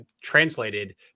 translated